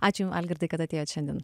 ačiū jum algirdai kad atėjot šiandien